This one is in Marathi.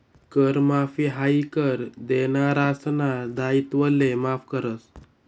कर माफी हायी कर देनारासना दायित्वले माफ करस